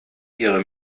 ihre